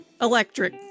electric